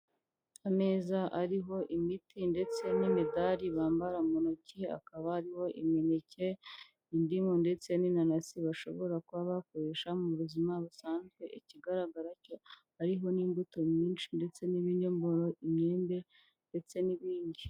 Ameza ariho imiti ndetse n'imidari bambara mu ntoki, akaba ariho imineke, indimu ndetse n'inanasi bashobora kuba bakoresha mu buzima busanzwe. Ikigaragara cyo hariho n'imbuto nyinshi ndetse n'ibinyomoro, imyembe ndetse n'ibindi.